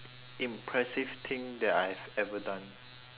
impressive thing that I have ever done